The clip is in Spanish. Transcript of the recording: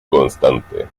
constante